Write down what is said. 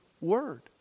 word